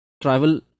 travel